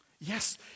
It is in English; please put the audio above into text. Yes